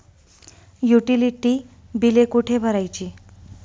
Utility बिले कुठे भरायची?